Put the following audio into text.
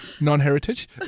non-heritage